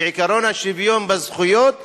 כי עקרון השוויון בזכויות קיים.